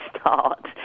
start